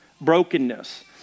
brokenness